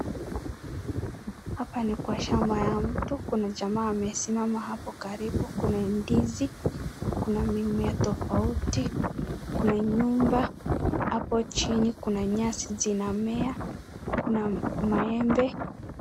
Hapa ni kwa shamba ya mtu. Kuna jamaa amesimama hapo karibu. Kuna ndizi, kuna mimea tofauti. Kuna nyumba. Hapo chini kuna nyasi zinamea. Kuna maembe.